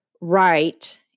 right